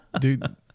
Dude